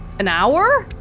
an hour?